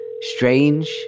strange